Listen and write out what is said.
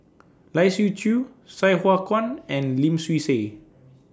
Lai Siu Chiu Sai Hua Kuan and Lim Swee Say